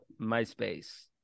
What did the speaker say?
myspace